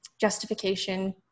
justification